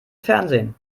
fernsehen